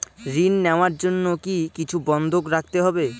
ঋণ নেওয়ার জন্য কি কিছু বন্ধক রাখতে হবে?